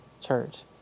church